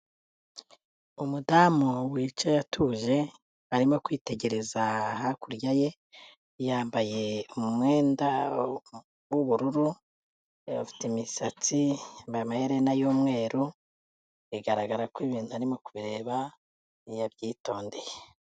Umudamu wicaye atuje, arimo kwitegereza hakurya ye, yambaye umwenda w'ubururu, afite imisatsi, yambaye amaherena y'umweru, bigaragara ko ibintu arimo kureba yabyitondeye.